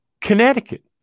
Connecticut